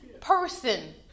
person